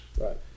Right